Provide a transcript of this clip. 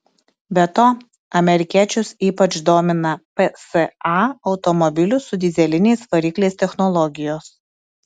be to amerikiečius ypač domina psa automobilių su dyzeliniais varikliais technologijos